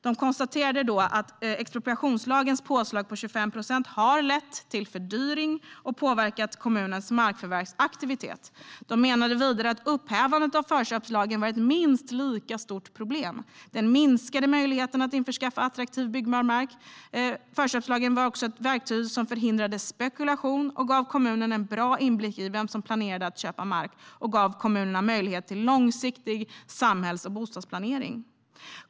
De konstaterade att expropriationslagens påslag på 25 procent har lett till en fördyring och påverkat kommunens markförvärvsaktivitet. De menade vidare att upphävandet av förköpslagen varit ett minst lika stort problem. Det minskade möjligheten att införskaffa attraktiv byggbar mark. Förköpslagen var också ett verktyg som förhindrade spekulation, gav kommunerna en bra inblick i vem som planerade att köpa mark och gav kommunerna möjlighet till en långsiktig samhälls och bostadsplanering.